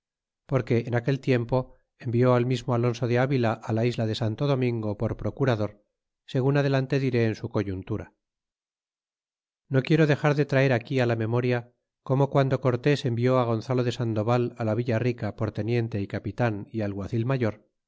porque en aquel tiempo envió al mismo alonso de avila la isla de santo domingo por procurador segun adelante diré en su coyuntura no quiero dexar de traer aquí la memoria como guando cortés envió gonzalo de sandoval la villa rica por teniente y capitan y alguacil mayor